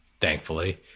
thankfully